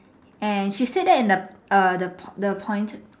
and she said that in the err the point